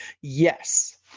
yes